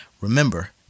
Remember